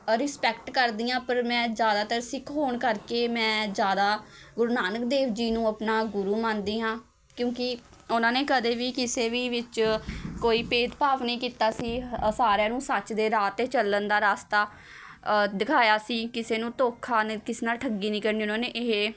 respect ਕਰਦੀ ਹਾਂ ਪਰ ਮੈਂ ਜ਼ਿਆਦਾਤਰ ਸਿੱਖ ਹੋਣ ਕਰਕੇ ਮੈਂ ਜ਼ਿਆਦਾ ਗੁਰੂ ਨਾਨਕ ਦੇਵ ਜੀ ਨੂੰ ਆਪਣਾ ਗੁਰੂ ਮੰਨਦੀ ਹਾਂ ਕਿਉਂਕਿ ਉਹਨਾਂ ਨੇ ਕਦੇ ਵੀ ਕਿਸੇ ਵੀ ਵਿੱਚ ਕੋਈ ਭੇਦਭਾਵ ਨਹੀਂ ਕੀਤਾ ਸੀ ਸਾਰਿਆਂ ਨੂੰ ਸੱਚ ਦੇ ਰਾਹ 'ਤੇ ਚੱਲਣ ਦਾ ਰਸਤਾ ਦਿਖਾਇਆ ਸੀ ਕਿਸੇ ਨੂੰ ਧੋਖਾ ਨਹੀਂ ਕਿਸੇ ਨਾਲ਼ ਠੱਗੀ ਨਹੀਂ ਕਰਨੀ ਉਹਨਾਂ ਨੇ ਇਹ